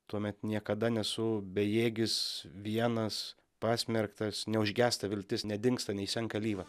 tuomet niekada nesu bejėgis vienas pasmerktas neužgęsta viltis nedingsta neišsenka alyva